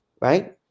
right